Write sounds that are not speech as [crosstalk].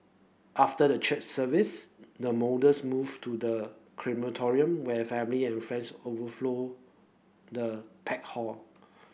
after the church service the [unintelligible] moved to the crematorium where family and friends overflowed the packed hall